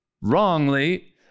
wrongly